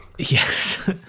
Yes